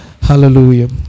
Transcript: Hallelujah